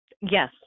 yes